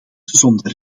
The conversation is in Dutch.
zonder